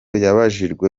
yabajijwe